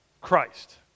Christ